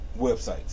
websites